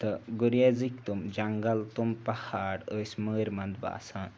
تہٕ گُریزٕکۍ تِم جنٛگَل تِم پہاڑ ٲسۍ مٲرۍ مَنٛد باسان